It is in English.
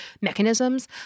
mechanisms